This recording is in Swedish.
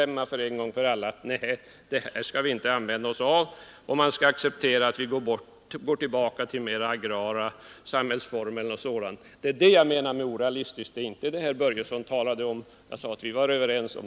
Man vill en gång för alla bestämma att det här skall vi inte använda oss av, utan vi skall acceptera att gå tillbaka till mera agrara samhällsformer. Det är det jag kallar orealistiskt och inte det herr Börjesson talade om. De delarna är vi överens om.